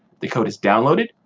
the code is downloaded,